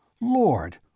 Lord